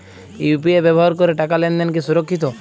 UPI ব্যবহার করে টাকা লেনদেন কি সুরক্ষিত?